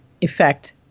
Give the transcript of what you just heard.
effect